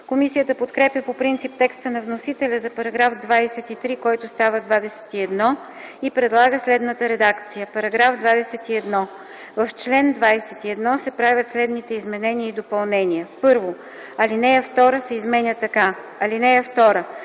Комисията подкрепя по принцип текста на вносителя за § 23, който става § 21, и предлага следната редакция: „§ 21. В чл. 21 се правят следните изменения и допълнения: 1. Алинея 2 се изменя така: „(2)